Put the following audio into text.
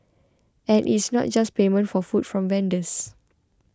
and it's not just payment for food from vendors